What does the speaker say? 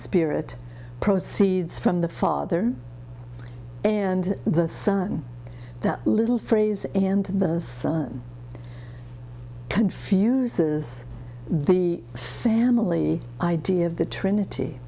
spirit proceeds from the father and the son that little phrase and the son confuses the family idea of the trinity